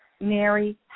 Mary